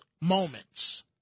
moments